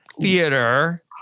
theater